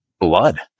blood